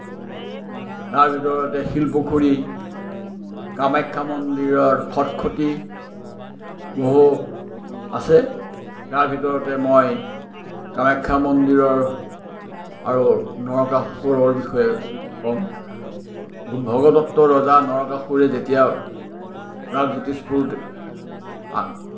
তাৰ ভিতৰতে শিলপুখুৰী কামাখ্যা মন্দিৰৰ খট্খটি বহু আছে তাৰ ভিতৰতে মই কামাখ্যা মন্দিৰৰ আৰু নৰকাসুৰৰ বিষয়ে ক'ম ভগদত্ত ৰজা নৰকাসুৰে যেতিয়া প্ৰাগজ্যোতিষপুৰ আ